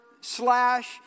slash